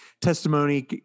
testimony